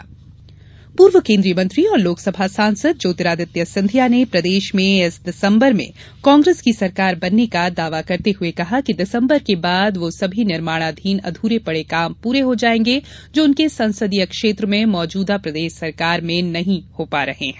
सिंधिया दावा पूर्व केंद्रीय मंत्री और लोकसभा सांसद ज्योतिरादित्य सिंधिया ने प्रदेश में इस दिसंबर में कांग्रेस की सरकार बनने का दावा करते हुए कहा कि दिसम्बर के बाद वह सभी निर्माणाधीन अधूरे पड़े काम पूरे होंगे जो उनके संसदीय क्षेत्र में मौजूदा प्रदेश सरकार ने पूरे नहीं कराए हैं